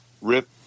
rip